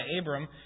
Abram